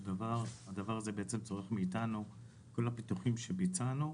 שהדבר הזה צורך מאתנו לחזור על כל הפיתוחים שביצענו,